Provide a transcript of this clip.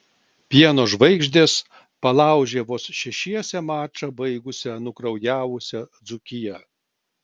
pieno žvaigždės palaužė vos šešiese mačą baigusią nukraujavusią dzūkiją